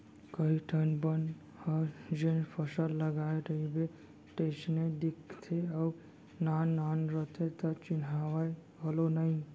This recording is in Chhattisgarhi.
कइ ठन बन ह जेन फसल लगाय रइबे तइसने दिखते अउ नान नान रथे त चिन्हावय घलौ नइ